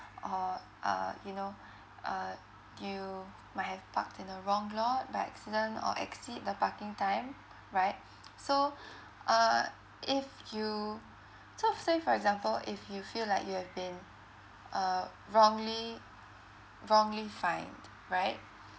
or uh you know uh you might have parked in the wrong lot by accident or exceed the parking time right so uh if you so say for example if you feel like you have been uh wrongly wrongly fined right